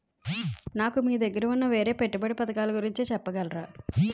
నాకు మీ దగ్గర ఉన్న వేరే పెట్టుబడి పథకాలుగురించి చెప్పగలరా?